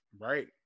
Right